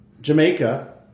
Jamaica